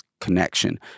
connection